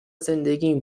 زندگیم